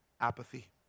Apathy